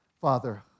Father